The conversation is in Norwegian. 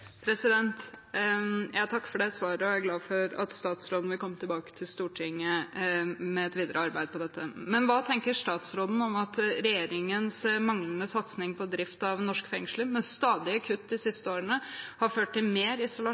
Jeg takker for svaret og er glad for at statsråden vil komme tilbake til Stortinget med et videre arbeid med dette. Men hva tenker statsråden om at regjeringens manglende satsing på drift av norske fengsler, med stadige kutt de siste årene, har ført til mer isolasjon,